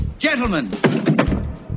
Gentlemen